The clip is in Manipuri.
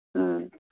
ꯑ